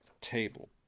table